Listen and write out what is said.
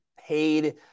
paid